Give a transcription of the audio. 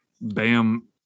Bam